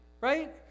Right